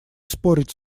спорить